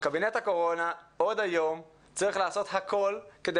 קבינט הקורונה עוד היום צריך לעשות הכול כדי